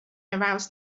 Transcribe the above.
arouse